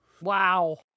Wow